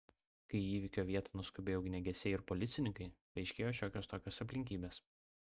kai į įvykio vietą nuskubėjo ugniagesiai ir policininkai paaiškėjo šiokios tokios aplinkybės